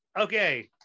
Okay